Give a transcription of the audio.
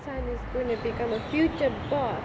sun is going to become a future boss